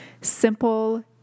simple